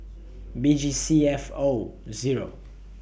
B G C F O Zero